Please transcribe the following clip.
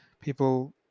People